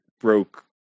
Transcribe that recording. broke